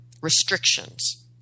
restrictions